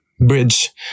bridge